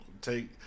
take